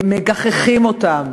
מגחכים אותן.